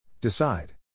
Decide